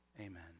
amen